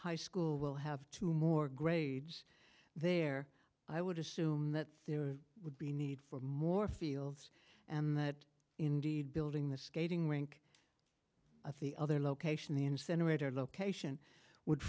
high school will have two more grades there i would assume that there would be a need for more fields and that indeed building the skating rink at the other location the incinerator location would